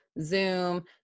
Zoom